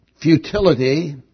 futility